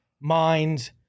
minds